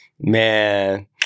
Man